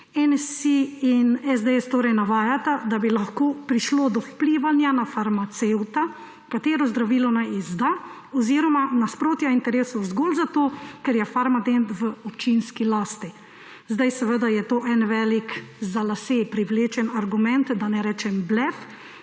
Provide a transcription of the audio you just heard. NSi in SDS torej navajata, da bi lahko prišlo do vplivanja na farmacevta, katero zdravilo naj izda, oziroma nasprotja interesov zgolj zato, ker je Farmadent v občinski lasti. Seveda je to en velik za lase privlečen argument, da ne rečem blef,